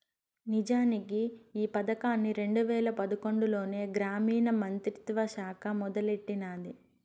నిజానికి ఈ పదకాన్ని రెండు వేల పదకొండులోనే గ్రామీణ మంత్రిత్వ శాఖ మొదలెట్టినాది